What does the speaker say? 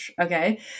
Okay